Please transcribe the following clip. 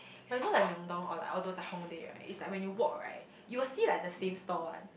but you know like MyeongDong or like all those like HongDae right it's like when you walk right you will see like the same store one